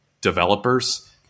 developers